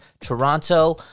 toronto